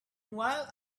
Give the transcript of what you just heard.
while